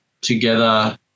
together